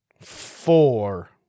Four